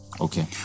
Okay